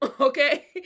Okay